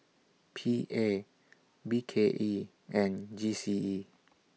P A B K E and G C E